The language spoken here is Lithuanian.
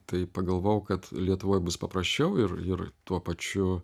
tai pagalvojau kad lietuvoj bus paprasčiau ir ir tuo pačiu